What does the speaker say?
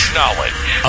knowledge